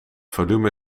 volume